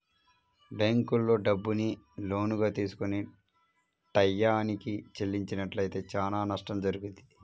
బ్యేంకుల్లో డబ్బుని లోనుగా తీసుకొని టైయ్యానికి చెల్లించనట్లయితే చానా నష్టం జరుగుద్ది